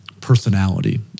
personality